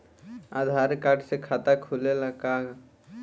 आधार card से खाता खुले ला का?